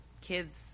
kids